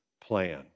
plan